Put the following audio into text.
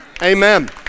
Amen